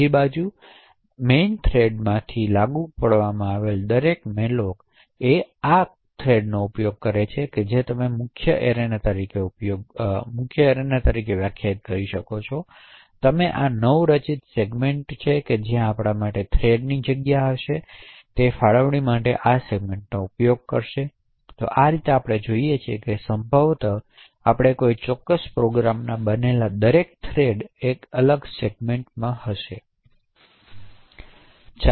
બીજી બાજુ દરેક malloc મેઇન થ્રેડમાંથી લાગુ પાડી શકાય છે તેથી આ ફાળવણી જ્યાં તમે મુખ્ય એરેના છે અને તમે આ નવરચિત સેગમેન્ટમાં છે જ્યાં આપણે થ્રેડ માટે જગ્યા હશે તેના ફાળવણી માટે આ સેગમેન્ટમાં ઉપયોગ કરશે તો આ રીતે આપણે જોઈએ છીએ તે સંભવ છે કે આપણે કોઈ ચોક્કસ પ્રોગ્રામમાં બનાવેલા દરેક થ્રેડને એક અલગ સેગમેન્ટ મળે